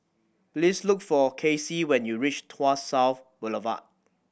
please look for Kasey when you reach Tuas South Boulevard